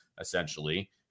essentially